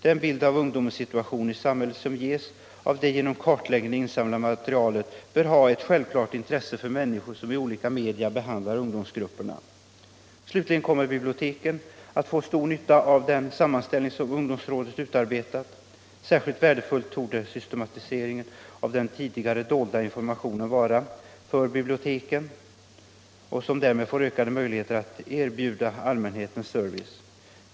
Den bild av ungdomens situation i samhället som ges av det genom kartläggningen insamlade materialet bör ha ett självklart intresse för människor som i olika media behandlar ungdomsgrupperna. Slutligen kommer biblioteken att få stor nytta av den sammanställning som ungdomsrådet utarbetat. Särskilt värdefull torde systematiseringen av den tidigare ”dolda” informationen vara för biblioteken som därmed får ökade möjligheter att erbjuda allmänheten service.